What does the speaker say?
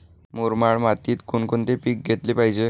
मुरमाड मातीत कोणकोणते पीक घेतले पाहिजे?